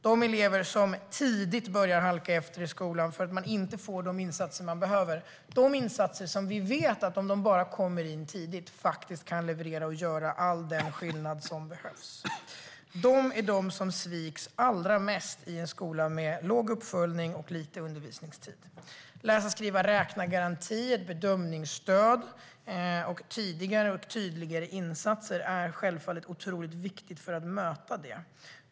Det är de elever som tidigt börjar halka efter i skolan för att de inte får de insatser de behöver. Det är de insatser som vi vet att om de bara kommer in tidigt kan leverera och göra all den skillnad som behövs. Det är de elever som sviks allra mest i en skola med låg uppföljning och liten undervisningstid. Läsa-skriva-räkna-garantier, bedömningsstöd och tidigare och tydligare insatser är självfallet otroligt viktigt för att möta det.